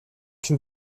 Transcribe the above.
can